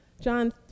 John